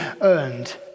earned